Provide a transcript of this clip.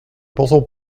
pensons